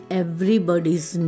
everybody's